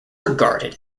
regarded